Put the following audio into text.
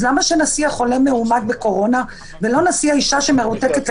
אז למה שנסיע חולה מאומת בקורונה ולא נסיע אישה בת